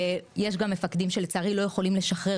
יש גם מפקדים שלצערי לא יכולים לשחרר,